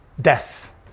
death